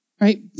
right